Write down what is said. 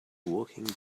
walking